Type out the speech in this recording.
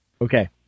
Okay